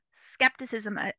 skepticism